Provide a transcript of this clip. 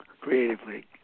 creatively